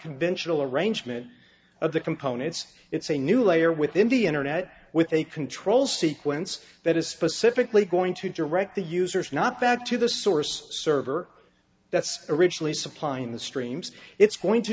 unconventional arrangement of the components it's a new layer within the internet with a control sequence that is specifically going to direct the users not back to the source server that's originally supplying the streams it's going to